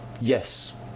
yes